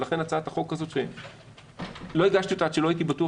ולכן הצעת החוק שלא הגשתי אותה עד שלא הייתי בטוח